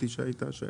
חשבתי שהייתה שאלה.